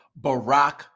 Barack